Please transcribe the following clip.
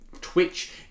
Twitch